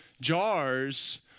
jars